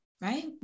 right